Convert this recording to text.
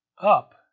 up